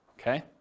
Okay